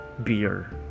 Beer